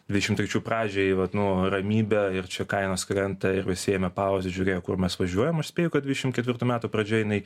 dvidešimt trečių pradžioj į vat nu ramybę ir čia kainos krenta ir visi ėmė pauzę žiūrėk kur mes važiuojam aš spėju kad dvidešimt ketvirtų metų pradžioje jinai